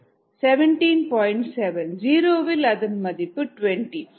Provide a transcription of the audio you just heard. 7 zero வில் அதன் மதிப்பு 20